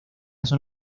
son